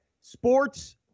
Sports